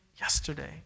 yesterday